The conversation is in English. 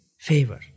favor